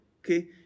okay